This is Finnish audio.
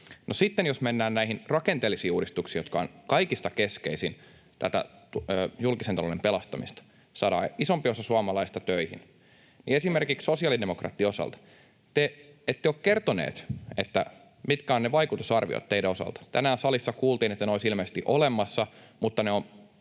jos mennään näihin rakenteellisiin uudistuksiin, jotka ovat kaikista keskeisin osa tätä julkisen talouden pelastamista, kun saadaan isompi osa suomalaista töihin, niin esimerkiksi te sosiaalidemokraatit ette ole kertoneet, mitkä ovat ne vaikutusarviot teidän osalta. Tänään salissa kuultiin, että ne olisivat ilmeisesti olemassa, mutta ne on